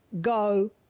go